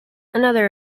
another